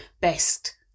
best